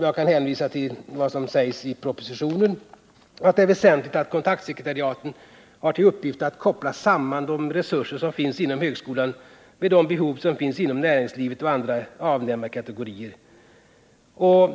Jag kan hänvisa till vad som sägs i propositionen, att det är väsentligt att kontaktsekretariaten har till uppgift att koppla samman de resurser som finns inom högskolan med de behov som finns inom näringslivet och andra avnämarkategorier.